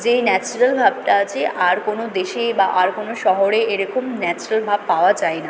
যেই ন্যাচেরাল ভাবটা আছে আর কোনো দেশে বা আর কোনো শহরে এরকম ন্যাচেরাল ভাব পাওয়া যায় না